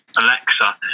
Alexa